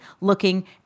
looking